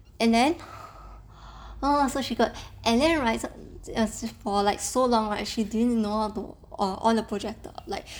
and then oh so she got and then right for like so long right she didn't know how to on the projector like